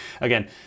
again